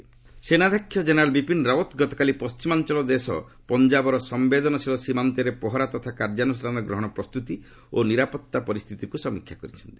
army chief visit ସେନାଧ୍ୟକ୍ଷ general Bipin Rawat ଗତକାଲି ପଶ୍ଚିମାଞ୍ଚଳ ଦେଶ ପଞ୍ଜାବର ସମ୍ବେଦନଶୀଳ ସୀମାନ୍ତରେ ପ୍ରହରା ତଥା କାର୍ଯ୍ୟାନୁଷ୍ଠାନ ଗ୍ରହଣ ପ୍ରସ୍ତୁତି ଓ ନିରାପତ୍ତା ପରିସ୍ଥିତିକୁ ସମୀକ୍ଷା କରିଛନ୍ତି